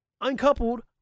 Uncoupled